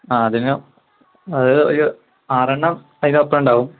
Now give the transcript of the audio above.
ആ അതിന് അത് ഒരു ആറെണ്ണം അതിനൊപ്പം ഉണ്ടാകും